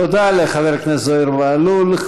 תודה לחבר הכנסת זוהיר בהלול.